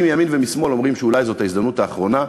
מימין ומשמאל אומרים שאולי הוא ההזדמנות האחרונה,